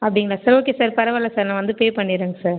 அப்படிங்களா சரி okay sir பரவால்ல சார் நான் வந்து பே பண்ணிடுறேங்க சார்